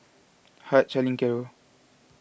Hart Charlene Caro